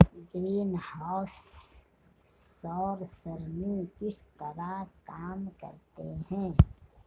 greenhouse सौर सरणी किस तरह काम करते हैं